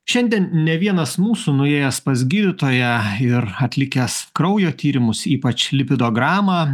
šiandien ne vienas mūsų nuėjęs pas gydytoją ir atlikęs kraujo tyrimus ypač lipidogramą